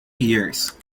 years